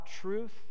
truth